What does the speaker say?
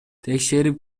текшерип